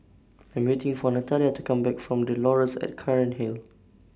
I'm waiting For Natalia to Come Back from The Laurels At Cairnhill